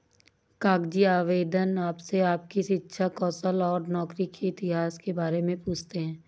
कागजी आवेदन आपसे आपकी शिक्षा, कौशल और नौकरी के इतिहास के बारे में पूछते है